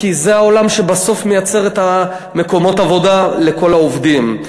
כי זה העולם שבסוף מייצר את מקומות העבודה לכל העובדים.